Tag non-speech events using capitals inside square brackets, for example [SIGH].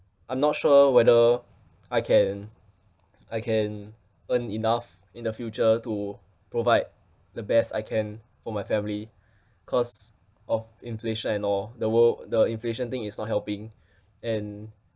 I'm not sure whether I can I can earn enough in the future to provide the best I can for my family cause of inflation and all the world the inflation thing is not helping [BREATH] and